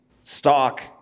stock –